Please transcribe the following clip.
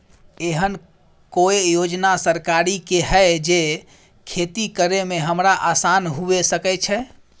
एहन कौय योजना सरकार के है जै खेती करे में हमरा आसान हुए सके छै?